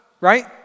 right